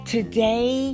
Today